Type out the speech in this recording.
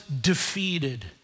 defeated